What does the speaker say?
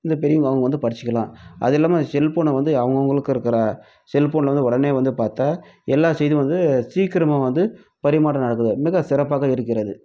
இந்த பெரியவங்கள் அவங்க வந்து படிச்சிக்கலாம் அதுவும் இல்லாமல் அந்த செல்போனை வந்து அவங்கவுங்களுக்கு இருக்கிற செல்போன்ல வந்து உடனே வந்து பார்த்தா எல்லா செய்தியும் வந்து சீக்கிரமாக வந்து பரிமாற்றம் நடக்குது மிக சிறப்பாக இருக்கிறது